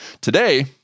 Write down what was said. Today